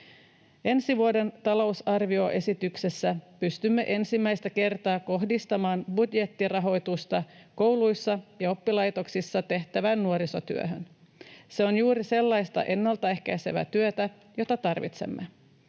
Ensi vuoden talousarvioesityksessä pystymme ensimmäistä kertaa kohdistamaan budjettirahoitusta kouluissa ja oppilaitoksissa tehtävään nuorisotyöhön. Se on juuri sellaista ennalta ehkäisevää työtä, jota tarvitsemme.